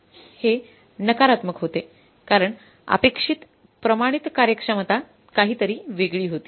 हे नकारात्मक होते कारण अपेक्षित प्रमाणित कार्यक्षमता काहीतरी वेगळी होती